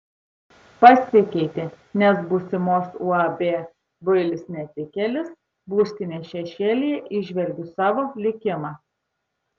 pasikeitė nes būsimos uab builis netikėlis būstinės šešėlyje įžvelgiu savo likimą